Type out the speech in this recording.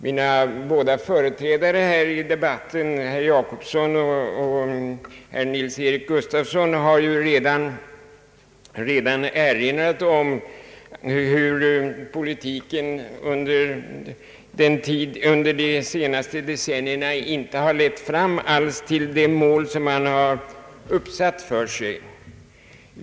Mina båda företrädare i debatten, herr Jacobsson och herr Nils-Eric Gustafsson, har redan erinrat om att bostadspolitiken under de senaste decennierna inte har lett fram till det mål som man har uppsatt för sig.